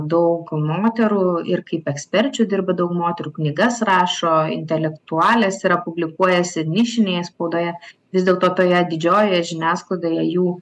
daug moterų ir kaip eksperčių dirba daug moterų knygas rašo intelektualės yra publikuojasi nišinėje spaudoje vis dėlto toje didžiojoje žiniasklaidoje jų